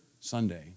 Sunday